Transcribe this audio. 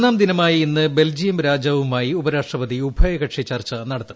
ഒന്നാം ദിനമായ ഇന്ന് ബൽജിയം രാജാവുമായി ഉപരാഷ്ട്രപതി ഉഭയകക്ഷി ചർച്ച നടത്തും